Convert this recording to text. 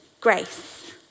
grace